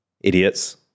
idiots